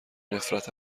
نفرت